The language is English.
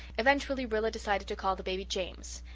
eventually rilla decided to call the baby james,